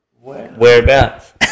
Whereabouts